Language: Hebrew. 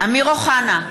אמיר אוחנה,